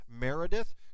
Meredith